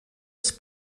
els